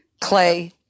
clay